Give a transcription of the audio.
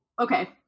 Okay